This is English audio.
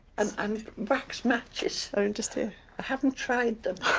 and and wax matches. oh, and just here. i haven't tried them.